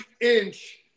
inch